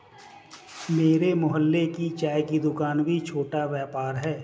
मेरे मोहल्ले की चाय की दूकान भी छोटा व्यापार है